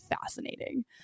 fascinating